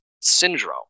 Syndrome